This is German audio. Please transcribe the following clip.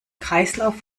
kreislauf